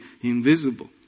invisible